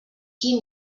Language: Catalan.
qui